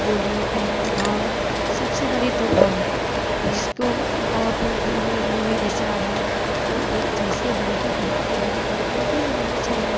बोली प्रेम भाव सबसे बड़ा तो भाव है जिसको भाव अपने दिल में मन में विचार है तो वह एक जैसे बनकर ही रहते हैं और बनकर ही रहना चाहिए